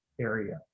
area